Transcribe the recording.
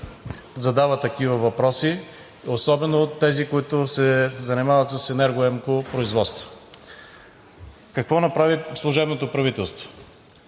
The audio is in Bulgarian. задава такива въпроси, особено тези, които се занимават с енергоемко производство. Какво направи служебното правителство?